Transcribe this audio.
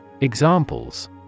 Examples